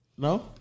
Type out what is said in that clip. No